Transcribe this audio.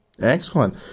Excellent